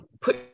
put